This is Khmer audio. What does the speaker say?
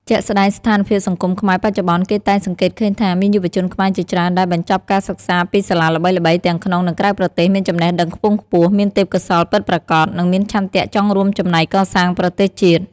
ជាក់ស្តែងស្ថានភាពសង្គមខ្មែរបច្ចុប្បន្ន គេតែងសង្កេតឃើញថា មានយុវជនខ្មែរជាច្រើនដែលបញ្ចប់ការសិក្សាពីសាលាល្បីៗទាំងក្នុង និងក្រៅប្រទេស មានចំណេះដឹងខ្ពង់ខ្ពស់ មានទេពកោសល្យពិតប្រាកដ និងមានឆន្ទៈចង់រួមចំណែកកសាងប្រទេសជាតិ។